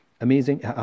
amazing